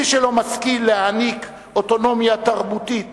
מי שלא משכיל להעניק אוטונומיה תרבותית